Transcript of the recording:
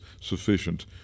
sufficient